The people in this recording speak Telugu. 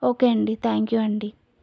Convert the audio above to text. ఓకే అండి థ్యాంక్ యూ అండి